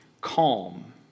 calm